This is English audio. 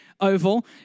oval